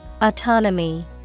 Autonomy